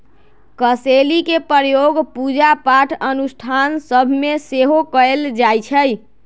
कसेलि के प्रयोग पूजा पाठ अनुष्ठान सभ में सेहो कएल जाइ छइ